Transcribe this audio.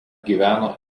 gyveno